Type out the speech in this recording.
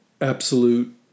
absolute